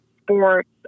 sports